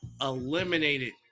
eliminated